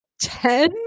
Ten